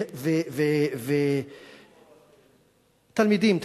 רק תפקידים?